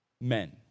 men